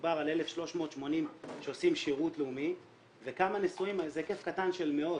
מדובר על 1,380 שעושים שירות לאומי וכמה נשואים זה כסף קטן של מאות,